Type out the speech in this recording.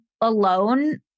alone